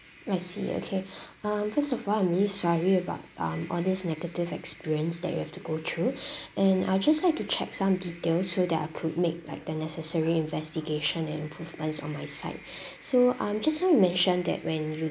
I see okay um first of all I'm really sorry about um all these negative experience that you have to go through and I'll just like to check some detail so that I could make like the necessary investigation and improvements on my side so um just now you mentioned that when you